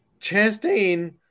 Chastain